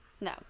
No